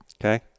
Okay